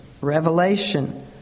revelation